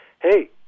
Hey